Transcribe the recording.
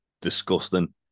disgusting